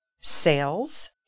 sales